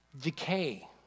decay